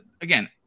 again